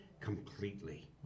completely